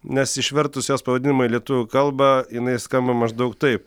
nes išvertus jos pavadinimą į lietuvių kalbą jinai skamba maždaug taip